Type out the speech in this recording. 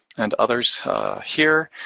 and others here,